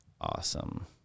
awesome